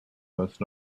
most